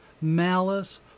malice